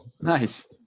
nice